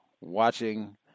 watching